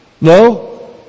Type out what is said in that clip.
No